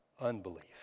unbelief